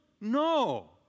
No